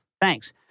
Thanks